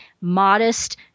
modest